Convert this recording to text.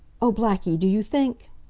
oh, blackie, do you think